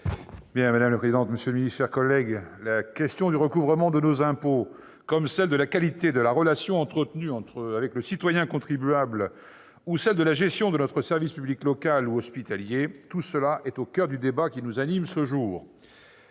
Madame la présidente, monsieur le secrétaire d'État, mes chers collègues, la question du recouvrement de nos impôts, celle de la qualité de la relation entretenue avec le citoyen contribuable et celle de la gestion de notre service public local ou hospitalier sont au coeur du débat qui nous réunit ce jour.